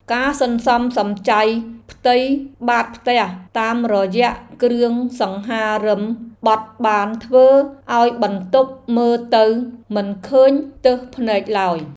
ការសន្សំសំចៃផ្ទៃបាតផ្ទះតាមរយៈគ្រឿងសង្ហារិមបត់បានធ្វើឱ្យបន្ទប់មើលទៅមិនឃើញទើសភ្នែកឡើយ។